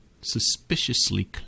suspiciously